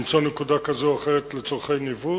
למצוא נקודה כזו או אחרת לצורכי ניווט.